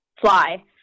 fly